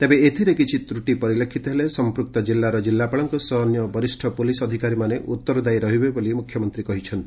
ତେବେ ଏଥିରେ କିିଛି ତ୍ରଟି ପରିଲକ୍ଷିତ ହେଲେ ସମ୍ପୃକ୍ତ କିଲ୍ଲାର କିଲ୍ଲାପାଳଙ୍କ ସହ ଅନ୍ୟ ବରିଷ୍ଣ ପୁଲିସ୍ ଅଧିକାରୀମାନେ ଉତ୍ତରଦାୟି ରହିବେ ବୋଲି ମ୍ରଖ୍ୟମନ୍ତ୍ରୀ କହିଛନ୍ତି